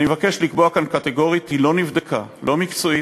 אני מבקש לקבוע כאן קטגורית: היא לא נבדקה לא מקצועית,